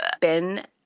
Ben